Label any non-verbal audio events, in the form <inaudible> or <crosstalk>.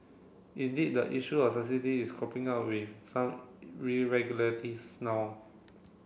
indeed the issue of subsidies is cropping up with some <unintelligible> regularities now